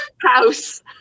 House